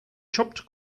chopped